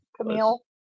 Camille